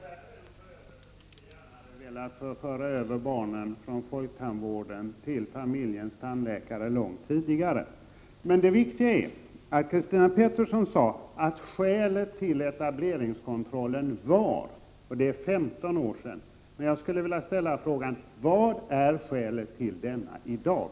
Fru talman! Här finns en förälder som mycket gärna hade velat föra över barnen från folktandvården till familjens tandläkare långt tidigare. Men det viktiga i Christina Petterssons anförande är vad hon säger om de skäl som fanns för etableringskontrollen för 15 år sedan. Jag undrar då: Vad finns för skäl till denna i dag?